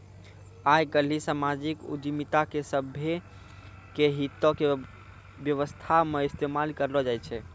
आइ काल्हि समाजिक उद्यमिता के सभ्भे के हितो के व्यवस्था मे इस्तेमाल करलो जाय छै